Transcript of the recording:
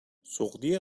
سُغدی